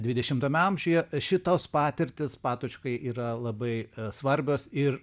dvidešimtame amžiuje šitos patirtys patočkai yra labai svarbios ir